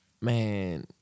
man